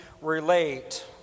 relate